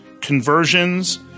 conversions